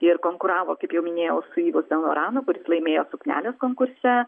ir konkuravo kaip jau minėjau su yvu sen loranu kuris laimėjo suknelės konkurse